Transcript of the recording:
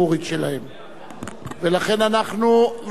לכן אנחנו נעבור להצבעה שמית.